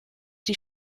die